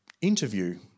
interview